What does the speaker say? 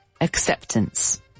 acceptance